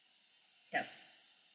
yup